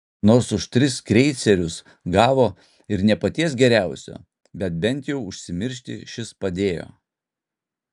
nors už tris kreicerius gavo ir ne paties geriausio bet bent jau užsimiršti šis padėjo